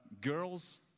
girls